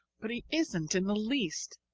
but he isn't in the least.